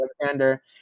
Alexander